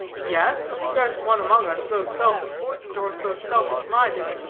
yes, but scarce one among us so self-important, or so selfish-minded,